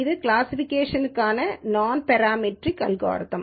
இது கிளாசிஃபிகேஷனிற்கான நான் பெராமீட்டர் அல்காரிதம்